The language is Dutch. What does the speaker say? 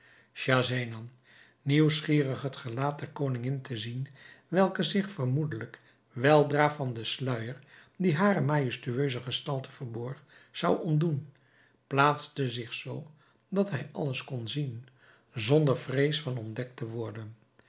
nieuwsgierig het gelaat der koningin te zien welke zich vermoedelijk weldra van den sluijer die hare majestueuse gestalte verborg zou ontdoen plaatste zich zoo dat hij alles kon zien zonder vrees van ontdekt te worden